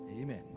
amen